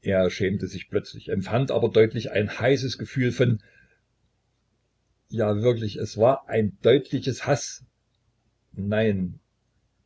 er schämte sich plötzlich empfand aber deutlich ein heißes gefühl von ja wirklich es war ein deutliches haß nein